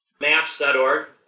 Maps.org